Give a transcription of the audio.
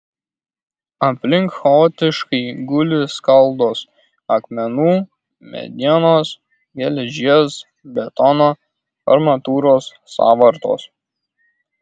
aplink chaotiškai guli skaldos akmenų medienos geležies betono armatūros sąvartos